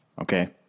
Okay